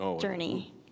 journey